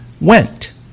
went